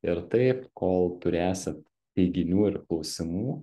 ir taip kol turėsit teiginių ir klausimų